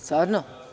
Stvarno.